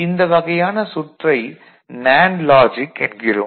இந்த வகையான சுற்றை நேண்டு லாஜிக் என்கிறோம்